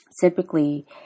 Typically